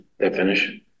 definition